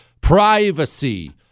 privacy